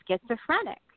schizophrenic